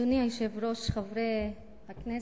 אדוני היושב-ראש, חברי הכנסת,